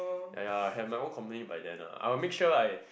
!aiya! I will have my own community by then I will make sure I